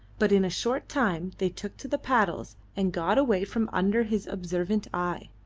but in a short time they took to the paddles and got away from under his observant eye.